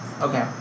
Okay